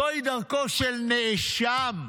זוהי דרכו של נאשם,